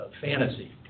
fantasy